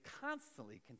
constantly